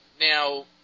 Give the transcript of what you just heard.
Now